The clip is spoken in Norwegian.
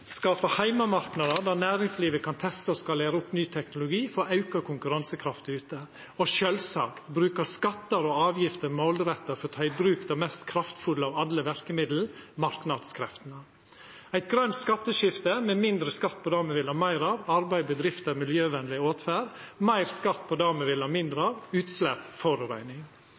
skapa heimemarknader der næringslivet kan testa og skalera opp ny teknologi for å auka konkurransekraft ute, og sjølvsagt bruka skattar og avgifter målretta for å ta i bruk det mest kraftfulle av alle verkemiddel: marknadskreftene. Eit grønt skatteskifte inneber mindre skatt på det me vil ha meir av, arbeid, bedrifter og miljøvenleg åtferd, og meir skatt på det vi vil ha mindre av, utslepp og forureining.